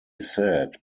said